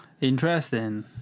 Interesting